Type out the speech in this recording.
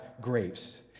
grapes